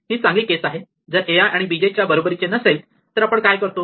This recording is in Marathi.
हि चांगली केस आहे जर a i आणि b j च्या बरोबरीचे नसेल तर आपण काय करतो